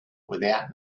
without